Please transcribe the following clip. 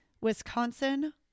Wisconsin